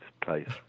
place